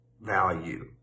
value